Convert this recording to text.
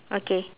okay